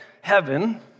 heaven